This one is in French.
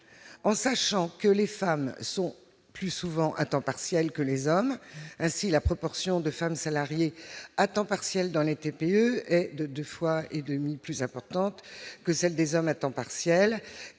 en sachant que les femmes sont plus souvent à temps partiel que les hommes ainsi la proportion de femmes salariées à temps partiel dans les TPE de 2 fois et demie plus importante que celle des hommes à temps partiel